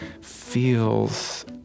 feels